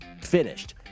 finished